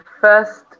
first